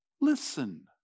Listen